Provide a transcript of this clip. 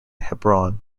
hebron